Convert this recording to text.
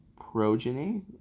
Progeny